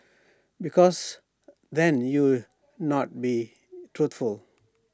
because then you're not being truthful